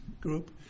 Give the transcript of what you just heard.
group